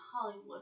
Hollywood